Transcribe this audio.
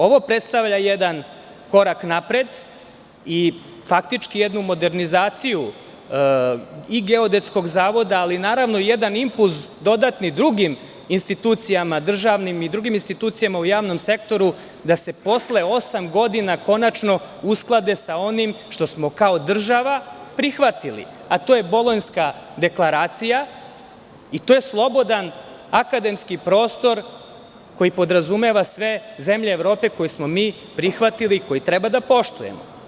Ovo predstavlja jedan korak napred i jednu modernizaciju i Geodetskog zavoda, ali i jedan impuls dodatnim drugim institucijama u javnom sektoru da se posle osam godina konačno usklade sa onim što smo kao država prihvatili, a to je Bolonjska deklaracija i to je slobodan akademski prostor koji podrazumeva sve zemlje Evrope koje smo mi prihvatili i koje treba da poštujemo.